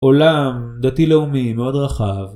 עולם דתי לאומי מאוד רחב